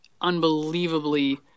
unbelievably